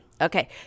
Okay